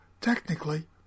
technically